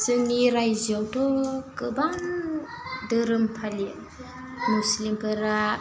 जोंनि रायजोआवथ' गोबां दोरोम फालियो मुस्लिमफोरा